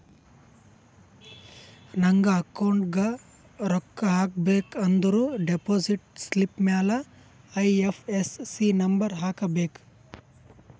ನಂಗ್ ಅಕೌಂಟ್ಗ್ ರೊಕ್ಕಾ ಹಾಕಬೇಕ ಅಂದುರ್ ಡೆಪೋಸಿಟ್ ಸ್ಲಿಪ್ ಮ್ಯಾಲ ಐ.ಎಫ್.ಎಸ್.ಸಿ ನಂಬರ್ ಹಾಕಬೇಕ